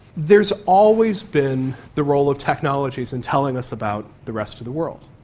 there has always been the role of technologies in telling us about the rest of the world.